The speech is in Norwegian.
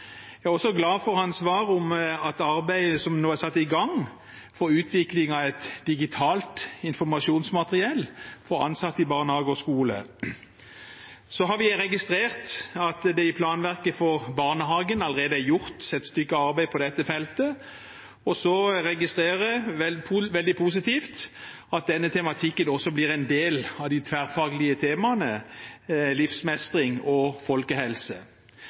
Jeg er også glad for hans svar om arbeidet som nå er satt i gang for utvikling av et digitalt informasjonsmateriell for ansatte i barnehage og skole. Vi har registrert at det i planverket for barnehagen allerede er gjort et stykke arbeid på dette feltet. Og jeg registrerer – det er veldig positivt – at denne tematikken også blir en del av de tverrfaglige temaene livsmestring og folkehelse,